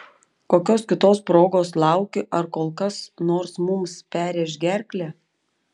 kokios kitos progos lauki ar kol kas nors mums perrėš gerklę